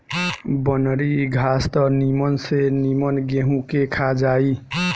बनरी घास त निमन से निमन गेंहू के खा जाई